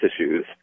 issues